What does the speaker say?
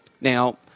Now